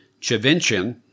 Chavinchin